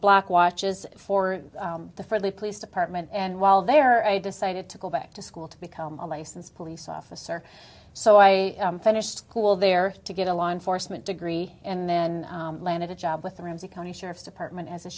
block watches for the for the police department and while there i decided to go back to school to become a licensed police officer so i finished school there to get a law enforcement degree and then landed a job with the ramsey county sheriff's department as a